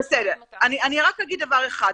רק אגיד דבר אחד.